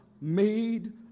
made